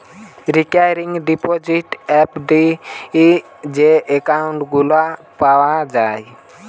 recurring deposit, FD যে account গুলা পাওয়া যায়